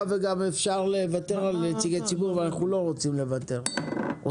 וגם אפשר לוותר על נציגי ציבור ואנחנו לא רוצים לוותר עליהם אלא